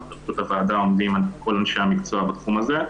לרשות הוועדה עומדים כל אנשי המקצוע בתחום הזה.